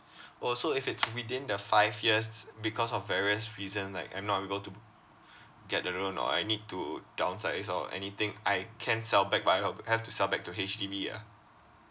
orh so if it's within the five years because of various reason like I'm not able to get the loan or I need to downsize or anything I can sell back but I have have to sell back to H_D_B ah